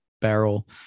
barrel